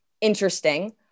interesting